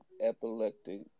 epileptic